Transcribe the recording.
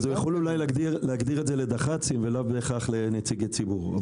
אז הוא יכול אולי להגדיר את זה לדח"צים ולא בהכרח לנציגי ציבור.